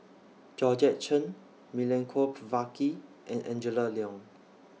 Georgette Chen Milenko Prvacki and Angela Liong